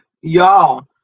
Y'all